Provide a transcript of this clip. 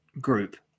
group